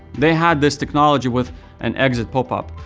they had this technology with an exit popup,